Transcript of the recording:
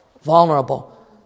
vulnerable